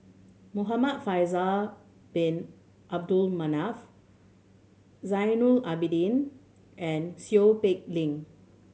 Muhamad Faisal Bin Abdul Manap Zainal Abidin and Seow Peck Leng